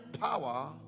power